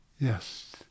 Yes